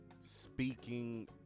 speaking